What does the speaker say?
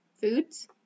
foods